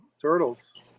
turtles